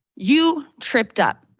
you tripped up.